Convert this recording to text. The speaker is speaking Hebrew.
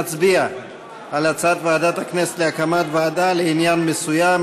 נצביע על הצעת ועדת הכנסת להקים ועדה לעניין מסוים,